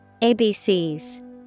ABCs